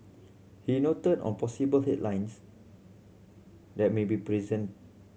he noted on possible head lines that may be present